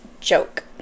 joke